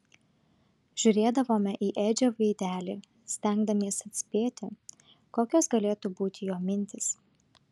žiūrėdavome į edžio veidelį stengdamiesi atspėti kokios galėtų būti jo mintys